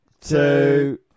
two